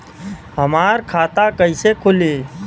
हमार खाता कईसे खुली?